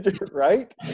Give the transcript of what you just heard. Right